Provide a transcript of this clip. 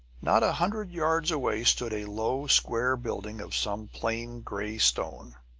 not a hundred yards away stood a low, square building of some plain, gray stone.